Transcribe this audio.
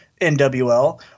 NWL